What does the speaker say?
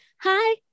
hi